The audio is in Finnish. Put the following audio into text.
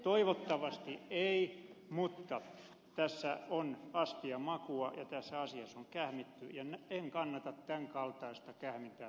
toivottavasti ei johda mutta tässä on astian makua ja tässä asiassa on kähmitty ja en kannata tämän kaltaista kähmintää päätöksenteossa